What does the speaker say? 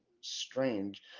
strange